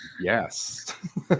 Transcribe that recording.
Yes